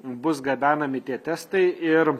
bus gabenami tie testai ir